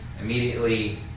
immediately